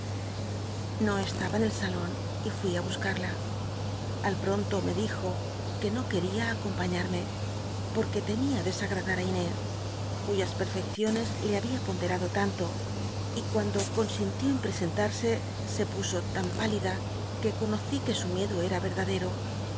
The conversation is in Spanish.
no estaba en el salon y fui ú buscarla al pronto me dijo que no quería acompañarme porque tcmia desagradar i inés cuyas pcifecciones le hacbía ponderado tanto y cuando consintió en r sentarse se puso tan púlida que conocí que su o pero